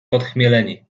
podchmieleni